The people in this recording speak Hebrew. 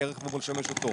כי הרכב אמור לשמש אותו,